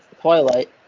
Twilight